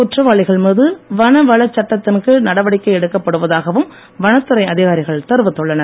குற்றவாளிகள் மீது வனவளச் சட்டத்தின் கீழ் நடவடிக்கை எடுக்கப்படுவதாகவும் வனத்துறை அதிகாரிகள் தெரிவித்துள்ளனர்